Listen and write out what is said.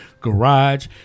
garage